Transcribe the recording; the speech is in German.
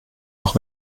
auch